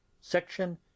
section